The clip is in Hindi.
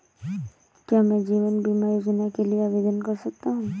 क्या मैं जीवन बीमा योजना के लिए आवेदन कर सकता हूँ?